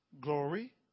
glory